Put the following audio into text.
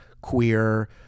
queer